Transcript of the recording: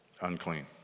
unclean